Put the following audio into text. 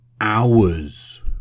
hours